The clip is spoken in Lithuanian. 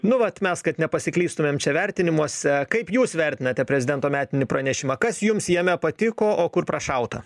nu vat mes kad nepasiklystumėm čia vertinimuose kaip jūs vertinate prezidento metinį pranešimą kas jums jame patiko o kur prašauta